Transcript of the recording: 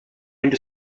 into